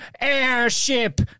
airship